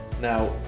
Now